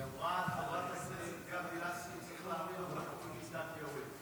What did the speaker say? היא אמרה על חברת הכנסת גבי לסקי שצריך להעמיד אותה לפני כיתת יורים.